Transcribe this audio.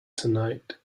tonight